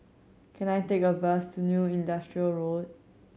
can I take a bus to New Industrial Road